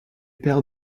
père